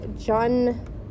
John